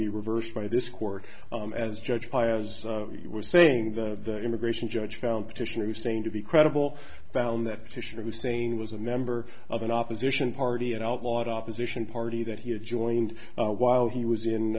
be reversed by this court as judged by as you were saying the immigration judge found petitioner hussein to be credible found that fischer hussein was a member of an opposition party and outlawed opposition party that he had joined while he was in